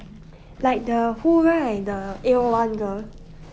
like the who right the eight O one girl